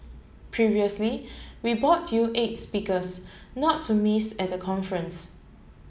previously we brought you eight speakers not to miss at the conference